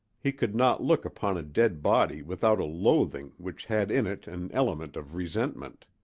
he could not look upon a dead body without a loathing which had in it an element of resentment.